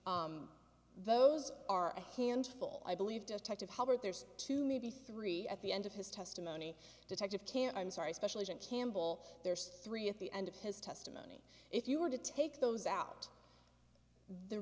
s those are a handful i believe detective hubbard there's two maybe three at the end of his testimony detective can't i'm sorry a special agent campbell there's three at the end of his testimony if you were to take those out the